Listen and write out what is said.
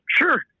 Sure